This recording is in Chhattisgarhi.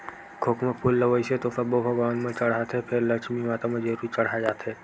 खोखमा फूल ल वइसे तो सब्बो भगवान म चड़हाथे फेर लक्छमी माता म जरूर चड़हाय जाथे